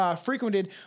frequented